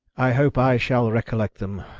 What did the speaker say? i hope i shall recollect them,